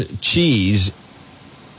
cheese